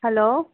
hello